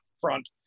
front